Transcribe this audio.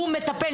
הוא מטפל,